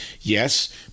Yes